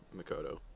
makoto